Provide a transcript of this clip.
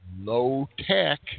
low-tech